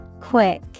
Quick